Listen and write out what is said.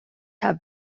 have